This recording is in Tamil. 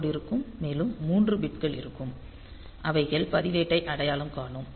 ஆப்கோட் இருக்கும் மேலும் மூன்று பிட்கள் இருக்கும் அவைகள் பதிவேட்டை அடையாளம் காணும்